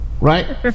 right